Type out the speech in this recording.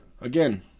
again